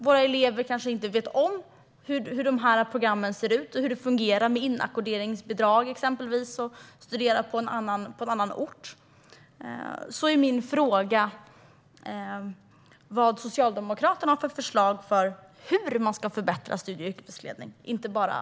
Våra elever kanske inte vet om hur programmen ser ut, hur det fungerar med till exempel inackorderingsbidrag och att studera på annan ort. Därför undrar jag vad Socialdemokraterna har för förslag på hur studie och yrkesvägledningen ska förbättras, inte bara att den ska förbättras.